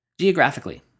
Geographically